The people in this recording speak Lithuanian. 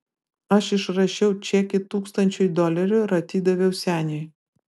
aš išrašiau čekį tūkstančiui dolerių ir atidaviau seniui